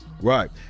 Right